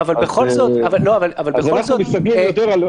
כל עוד לא נשתמש